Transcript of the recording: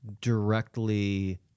directly